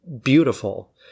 beautiful